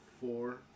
Four